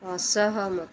ଅସହମତ